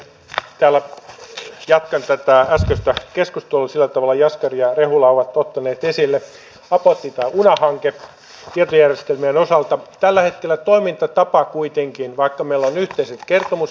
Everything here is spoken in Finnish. sivistystä ja kenttätaan keskituloisella tavalla josta jari rullaavat tottuneet esille apotti das hanke tietojärjestelmien osalta tällä hetkellä toimintatapa kuitenkin pakkomielle nykyisin kertomus